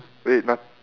wait my